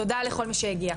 תודה לכל מי שהגיע.